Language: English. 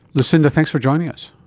lucinda, thanks for joining us.